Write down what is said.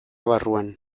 barruan